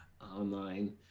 online